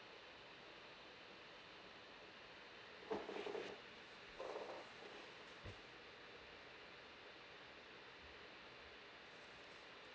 mm ya